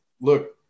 look